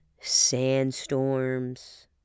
sandstorms